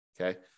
Okay